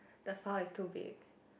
the file is too big